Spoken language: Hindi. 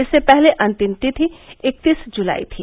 इससे पहले अंतिम तिथि इक्कतीस जुलाई थी